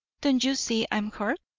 don't you see i'm hurt?